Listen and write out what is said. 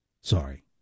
Sorry